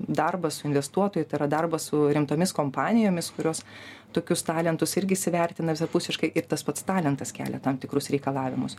darbas su investuotoju tai yra darbas su rimtomis kompanijomis kurios tokius talentus irgi įsivertina visapusiškai ir tas pats talentas kelia tam tikrus reikalavimus